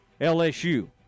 LSU